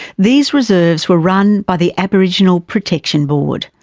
these reserves were run by the aborigines protection board.